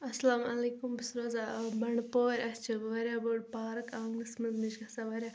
اسلامُ علیکُم بہٕ چھس روزان ٲں بنٛڈٕ پوٗر اسہِ چھِ واریاہ بٔڑ پارک آنٛگنَس منٛز مےٚ چھِ گژھان واریاہ